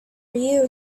you